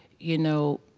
you know,